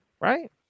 Right